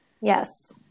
Yes